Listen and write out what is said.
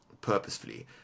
purposefully